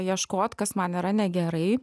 ieškot kas man yra negerai